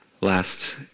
Last